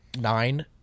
Nine